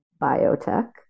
biotech